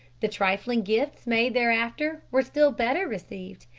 the trifling gifts made thereafter were still better received,